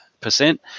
percent